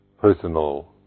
personal